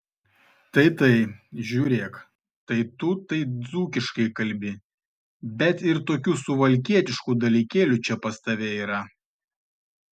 tai tai žiūrėk tai tu tai dzūkiškai kalbi bet ir tokių suvalkietiškų dalykėlių čia pas tave yra